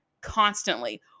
constantly